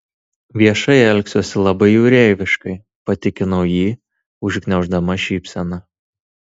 viešai elgsiuosi labai jūreiviškai patikinau jį užgniauždama šypseną